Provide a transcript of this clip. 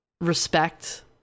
respect